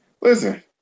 listen